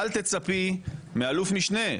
אל תצפי מאלוף-משנה,